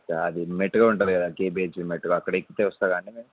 అది మెటుగా ఉంటది కదా కేబీఎచ్ మెటుగా అక్కడ ఎక్కి చేస్తారా అండి మేము